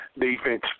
defense